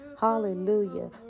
hallelujah